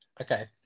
okay